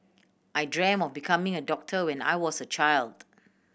I dreamt of becoming a doctor when I was a child